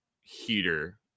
heater